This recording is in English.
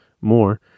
more